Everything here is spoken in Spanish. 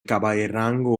caballerango